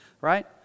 Right